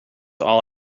all